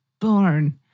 born